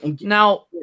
Now